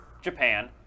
Japan